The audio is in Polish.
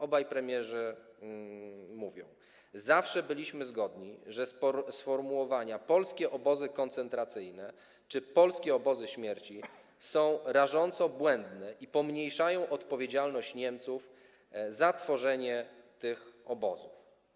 Obaj premierzy mówią: „Zawsze byliśmy zgodni, że sformułowania 'polskie obozy koncentracyjne' czy 'polskie obozy śmierci' są rażąco błędne i pomniejszają odpowiedzialność Niemców za tworzenie tych obozów.